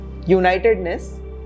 unitedness